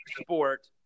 sport